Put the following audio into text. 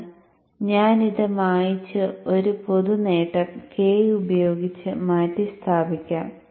എന്നാൽ ഞാൻ ഇത് മായ്ച്ച് ഒരു പൊതു നേട്ടം k ഉപയോഗിച്ച് മാറ്റിസ്ഥാപിക്കാം